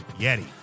Yeti